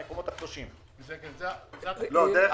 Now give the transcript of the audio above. ציר העלייה זה עבר דרך המועצה.